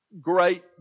great